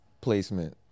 placement